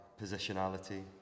positionality